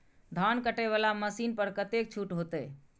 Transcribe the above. धान कटे वाला मशीन पर कतेक छूट होते?